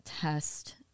test